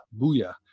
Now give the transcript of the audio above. booyah